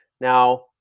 Now